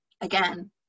again